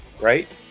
right